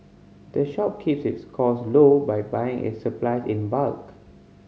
the shop keeps its cost low by buying its supplies in bulk